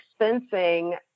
expensing